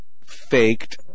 faked